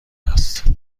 است